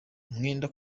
umwenda